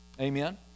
Amen